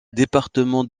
département